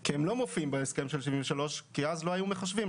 כי הם לא מופיעים בהסכם של 1973 כי אז לא היו מחשבים.